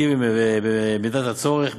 חלקי במידת הצורך.